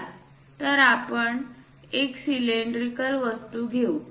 चला तर आपण एक सिलेंड्रिकल वस्तू घेऊ